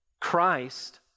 Christ